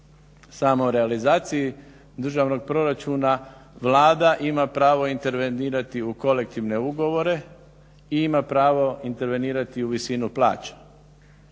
samo realizaciji državnog proračuna Vlada ima pravo intervenirati u kolektivne ugovore i ima prava intervenirati u visinu plaća.